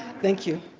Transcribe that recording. thank you.